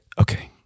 Okay